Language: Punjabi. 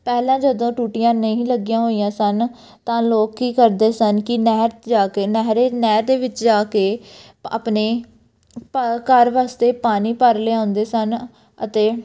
ਪਹਿਲਾਂ ਜਦੋਂ ਟੂਟੀਆਂ ਨਹੀਂ ਲੱਗੀਆਂ ਹੋਈਆਂ ਸਨ ਤਾਂ ਲੋਕ ਕੀ ਕਰਦੇ ਸਨ ਕਿ ਨਹਿਰ 'ਚ ਜਾ ਕੇ ਨਹਿਰੇ ਨਹਿਰ ਦੇ ਵਿੱਚ ਜਾ ਕੇ ਆਪਣੇ ਪਾ ਘਰ ਵਾਸਤੇ ਪਾਣੀ ਭਰ ਲਿਆਉਂਦੇ ਸਨ ਅਤੇ